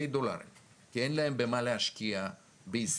דולרים כי אין להם במה להשקיע בישראל.